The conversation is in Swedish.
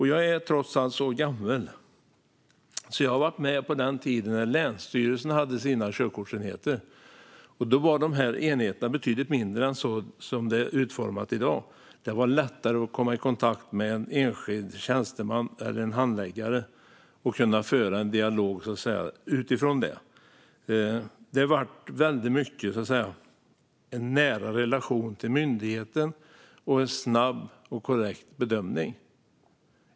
Jag är trots allt så gammal att jag var med på den tiden då länsstyrelserna hade sina körkortsenheter. Då var enheterna betydligt mindre än i dag. Det var lättare att komma i kontakt med en enskild tjänsteman eller handläggare och att föra en dialog utifrån det. Det var väldigt mycket en nära relation till myndigheten och en snabb och korrekt bedömning.